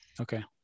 Okay